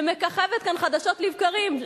שמככבת כאן חדשות לבקרים?